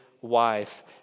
wife